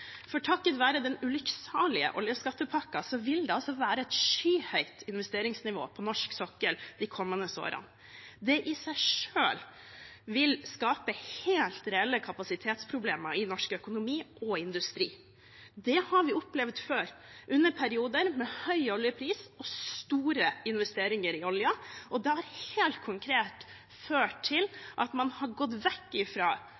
For takket være den ulykksalige oljeskattepakken vil det være et skyhøyt investeringsnivå på norsk sokkel de kommende årene. Det i seg selv vil skape helt reelle kapasitetsproblemer i norsk økonomi og industri. Det har vi opplevd før under perioder med høy oljepris og store investeringer i oljen, og det har helt konkret ført